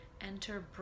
enter